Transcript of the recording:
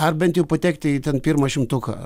ar bent jau patekti į ten pirmą šimtuką